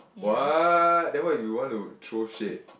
what then what if you want to throw shade